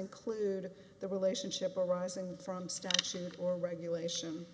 include the relationship arising from statute or regulation